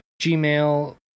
Gmail